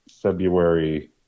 February